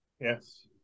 Yes